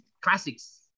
classics